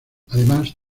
además